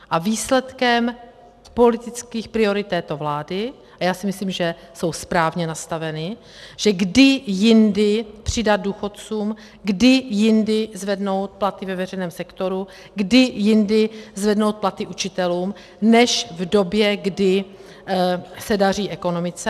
A výsledkem politických priorit této vlády a já si myslím, že jsou správně nastaveny, že kdy jindy přidat důchodcům, kdy jindy zvednout platy ve veřejném sektoru, kdy jindy zvednout platy učitelům než v době, kdy se daří ekonomice.